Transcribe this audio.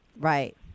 right